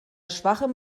schwachem